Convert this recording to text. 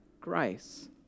grace